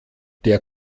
der